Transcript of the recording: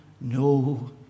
no